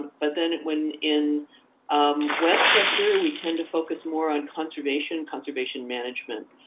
but then when in um westchester, we tend to focus more on conservation conservation management,